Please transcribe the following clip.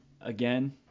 Again